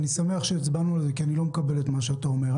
אני שמח שהצבענו כי אני לא מקבל את מה שאתה אומר.